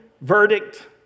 verdict